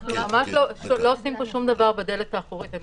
אנחנו ממש לא עושים פה שום דבר בדלת האחורית.